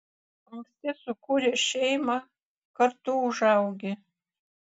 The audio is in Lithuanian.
anksti sukūręs šeimą kartu užaugi